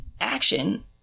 action